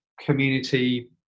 community